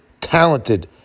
talented